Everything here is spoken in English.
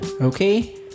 Okay